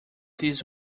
this